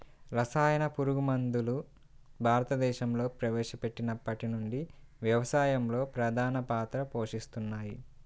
రసాయన పురుగుమందులు భారతదేశంలో ప్రవేశపెట్టినప్పటి నుండి వ్యవసాయంలో ప్రధాన పాత్ర పోషిస్తున్నాయి